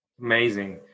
Amazing